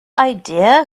idea